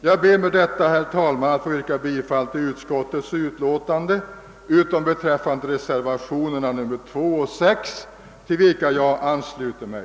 Jag ber, herr talman, med det anförda att få yrka bifall till utskottets förslag utom beträffande reservationerna nr 2 och 6, till vilka jag ansluter mig.